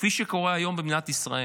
כפי שקורה היום במדינת ישראל.